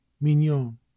Mignon